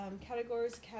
categories